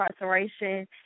incarceration